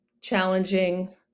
challenging